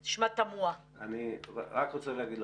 אני קצת מכירה